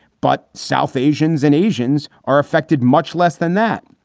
but south asians and asians are affected much less than that.